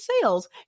sales